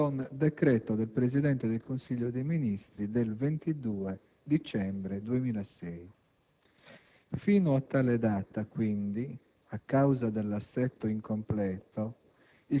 con decreto del Presidente del Consiglio dei ministri del 22 dicembre 2006. Fino a tale data, quindi, a causa dell'assetto incompleto